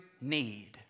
need